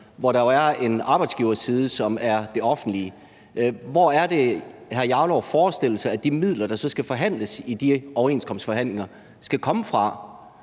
hvor der jo er en arbejdsgiverside, som er det offentlige – hvor hr. Rasmus Jarlov forestiller sig at de midler, der skal forhandles i de overenskomstforhandlinger, skal komme fra.